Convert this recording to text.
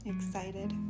Excited